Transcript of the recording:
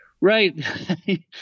Right